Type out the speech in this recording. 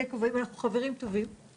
הכול מתחיל בבריאות וממשיך לשינוי ההרגלים,